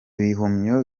ibihumyo